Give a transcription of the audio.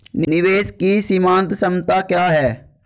निवेश की सीमांत क्षमता क्या है?